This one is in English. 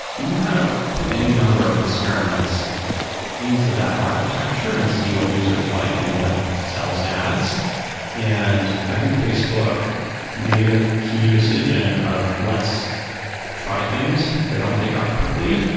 you can kind of put any number of experiments into that architecture and see what users like and what sells ads and i think facebook made a key decision of let's try things. if they don't take off quickly,